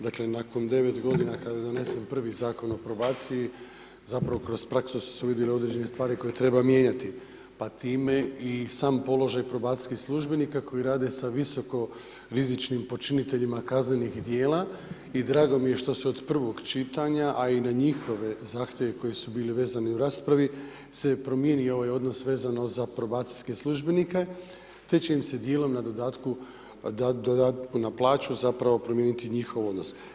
Dakle, nakon 9 g. kada je donesen prvi Zakon o probaciji, zapravo kroz praksu su se vidjele određene stvari koje treba mijenjati pa time i sam položaj probacijskih službenika koji rade sa visokorizičnim počiniteljima kaznenih djela i drago mi je što se od prvog čitanja a i njihove zahtjeve koji su bili vezani u raspravi se promijenio ovaj odnos vezano za probacijske službenike te će im se djelom na dodatku na plaću zapravo promijeniti njihov odnos.